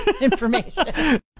information